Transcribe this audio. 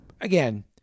again